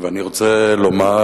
אני רוצה לומר,